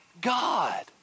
God